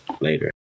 later